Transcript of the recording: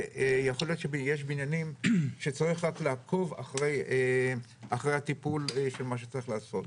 ויכול להיות שיש בניינים שצריך רק לעקוב אחרי הטיפול ומה שצריך לעשות.